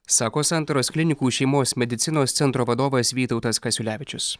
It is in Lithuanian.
sako santaros klinikų šeimos medicinos centro vadovas vytautas kasiulevičius